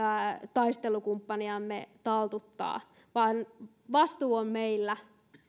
taistelukumppaniamme taltuttaa vaan vastuu on meillä